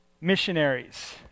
missionaries